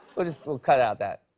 we'll just we'll cut out that.